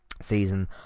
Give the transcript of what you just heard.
season